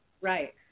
Right